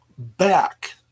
back